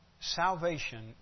Salvation